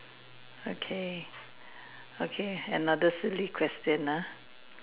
okay okay another silly question ah